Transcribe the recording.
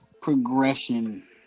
progression